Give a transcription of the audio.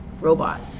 robot